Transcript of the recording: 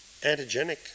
antigenic